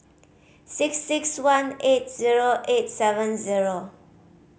six six one eight zero eight seven zero